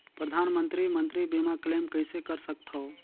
परधानमंतरी मंतरी बीमा क्लेम कइसे कर सकथव?